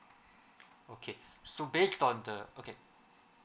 okay so based on the okay